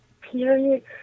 period